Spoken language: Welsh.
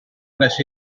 wnes